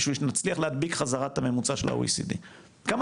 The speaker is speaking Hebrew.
כדי שנצליח להדביק בחזרה את הממוצע של ה- OECD. כמה